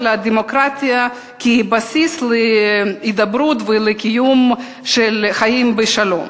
הדמוקרטיה כבסיס להידברות ולקיום של חיים בשלום.